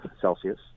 Celsius